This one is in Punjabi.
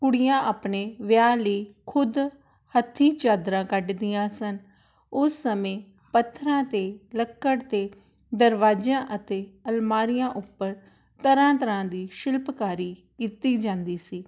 ਕੁੜੀਆਂ ਆਪਣੇ ਵਿਆਹ ਲਈ ਖੁਦ ਹੱਥੀਂ ਚਾਦਰਾਂ ਕੱਢਦੀਆਂ ਸਨ ਉਸ ਸਮੇਂ ਪੱਥਰਾਂ 'ਤੇ ਲੱਕੜ 'ਤੇ ਦਰਵਾਜ਼ਿਆਂ ਅਤੇ ਅਲਮਾਰੀਆਂ ਉੱਪਰ ਤਰ੍ਹਾਂ ਤਰ੍ਹਾਂ ਦੀ ਸ਼ਿਲਪਕਾਰੀ ਕੀਤੀ ਜਾਂਦੀ ਸੀ